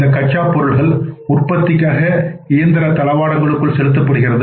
இந்த கச்சாப் பொருள்கள் உற்பத்திக்காக இயந்திர தளவாடங்களுக்கள் செலுத்தப்படுகிறது